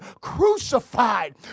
crucified